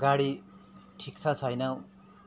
गाडी ठिक छ छैन